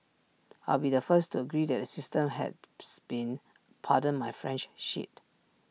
I'll be the first to agree that the system has been pardon my French shit